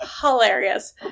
hilarious